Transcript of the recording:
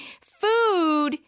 food